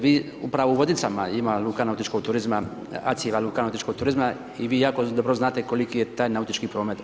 Vi, upravo u Vodicama ima luka nautičkog turizma ... luka nautičkog turizma i vi jako dobro znate koliki je taj nautički promet.